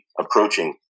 approaching